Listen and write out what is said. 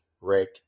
Rick